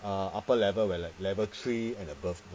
uh upper level where like level three and above